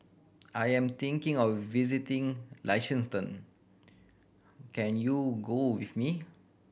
I am thinking of visiting Liechtenstein can you go with me